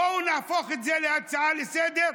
בואו נהפוך את זה להצעה לסדר-היום,